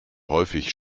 häufig